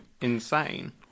insane